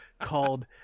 called